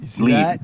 leave